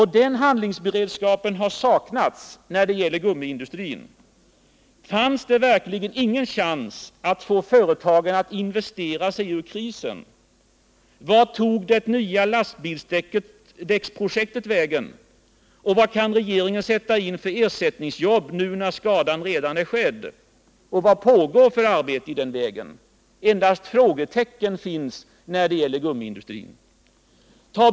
Den handlingsberedskapen har saknats när det gäller gummiindustrin. Fanns det verkligen ingen chans att få företagen att investera sig ur krisen? Vart tog det nya lastbilsdäcksprojektet vägen? Och vad kan regeringen sätta in för ersättningsjobb nu när skadan redan är skedd? Vilket arbete pågår i den vägen. Endast frågetecken finns när det gäller gummiindustrin.